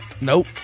Nope